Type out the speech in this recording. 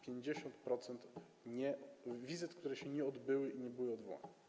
50% wizyt, które się nie odbyły i nie były odwołane.